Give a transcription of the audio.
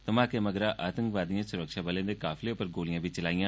धमाके मगरा आतंकवादियें सुरक्षाबलें दे काफिले उप्पर गोलियां बी चलाईयां